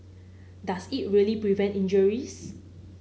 does it really prevent injuries